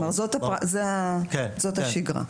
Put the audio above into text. כלומר, זו השגרה.